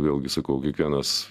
vėlgi sakau kiekvienas